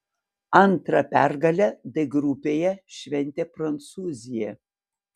antrą pergalę d grupėje šventė prancūzija